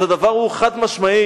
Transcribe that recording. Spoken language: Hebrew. אז הדבר הוא חד-משמעי: